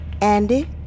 Andy